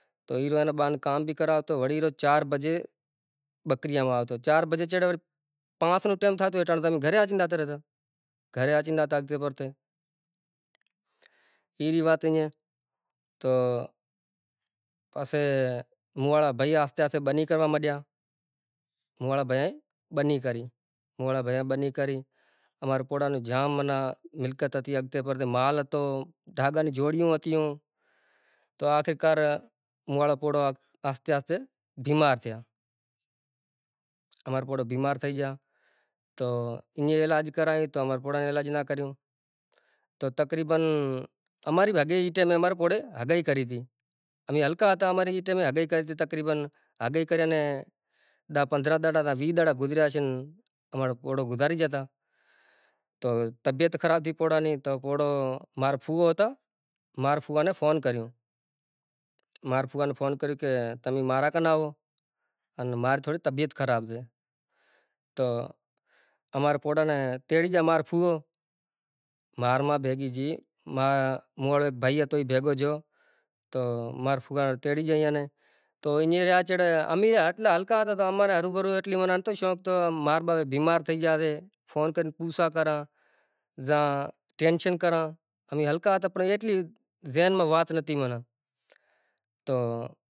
تو ای تو اینا بہانے کام بی کراوتو وڑی اولو چار بجے بکریاں واوتو۔ چار بجے چڑے وڑی پانچ نو ٹم تھاتو ایٹانڑے تمے گھرے آتی نے جاتے رینا ۔ گھرے آچی نے آ تاکتے پرتے۔ ایری وات ائیں تو پسے موں واڑا بھئی آہستے آہستے بنی کروا منڈیا موں واڑا بھئی بنی کری موں واڑا بھئی بنی کری امارا پوڑا نو جام معنی ملکیت ہتی ہگتے پھرتے مال ہتو ڈھاگا نی جوڑیوں ہتیوں تو آخرکار موں واڑو پوڑو آہستے آہستے بیمار تھیا۔ امارو پوڑو بیمارا تھئی گیا۔ تو اینج علاج کرائیں تو امارا پوڑا اے علاج نا کریوں تو تقریباّّ امارے بھاگیے ای ٹائمے امارا پوڑے ہگئی کئیری تی۔ امی ہلکا ہتا اماری ای ٹائمے ہگئی کئیری تی تقریباّّ ہگئی کئیری اینے ڈاھ ڈاھ پندرہ ڈاھ وی سال گزریا شن ۔ امارو پوڑو گزاری جاتا تو طبعیت خراب ہتی پوڑا نی تو پوڑو مارو پھووو ہتا مارا پھووا نے فون کریوو، مارا پھووا نے فون کریوو کے تمی مارا کن آوو۔ ان مارے تھوڑی طبعیت خراب سے۔ تو امارا پوڑا نے تیڑی جمار تی امارو پھووو۔ مار ما بھیگی جی، مو وارو بھئی ہتو ای بھیگو چیو، تو مارا فووا نے تیڑ جئی انے تو این دیاچڑ امی ایٹلا ہلکا ہتا تو ہمار ے ہرو بھرو ایٹلی شوق تو مار باپ بیمارتھئی جاشے فون کری نے پوُسا کرا ژا ٹینشن کراں امی ہلکا ہتا پر ایٹلی ذہن ما وات ہتی معنی تو۔